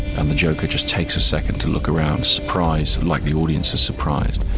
and the joker just takes a second to look around surprised like the audience is surprised,